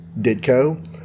Ditko